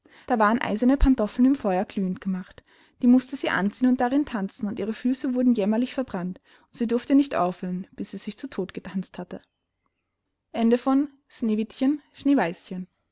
da waren eiserne pantoffeln im feuer glühend gemacht die mußte sie anziehen und darin tanzen und ihre füße wurden jämmerlich verbrannt und sie durfte nicht aufhören bis sie sich zu todt getanzt hatte